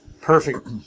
perfect